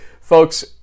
folks